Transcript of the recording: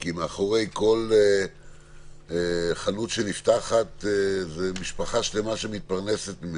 כי מאחורי כל חנות שנפתחת יש משפחה שלמה שמתפרנסת.